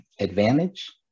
advantage